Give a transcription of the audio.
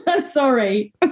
sorry